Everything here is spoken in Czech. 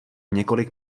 několik